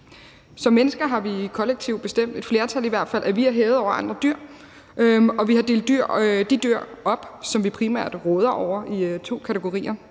Som mennesker har vi kollektivt bestemt, i hvert fald et flertal, at vi er hævet over andre dyr, og vi har delt de dyr, som vi primært råder over, op i to kategorier,